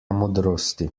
modrosti